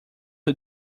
who